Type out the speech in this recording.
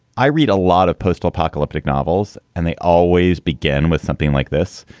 i read a lot of post-apocalyptic novels and they always begin with something like this.